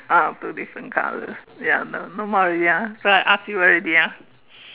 ah two different colours ya no no more already ah so I asked you already ah